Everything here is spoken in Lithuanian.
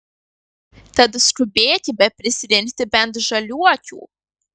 tad skubėkime prisirinkti bent žaliuokių